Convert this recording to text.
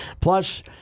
plus—